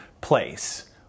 place